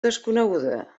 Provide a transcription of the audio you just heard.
desconeguda